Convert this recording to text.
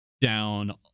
down